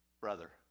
brother